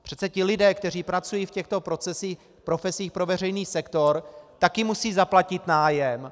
Přece ti lidé, kteří pracují v těchto profesích pro veřejný sektor, také musí zaplatit nájem.